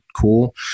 cool